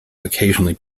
occasionally